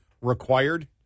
required